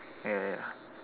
ya ya